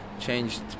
changed